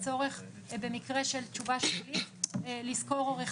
הצורך במקרה של תשובה שלילית לשכור עורך